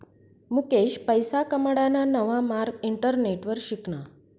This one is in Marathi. मुकेश पैसा कमाडाना नवा मार्ग इंटरनेटवर शिकना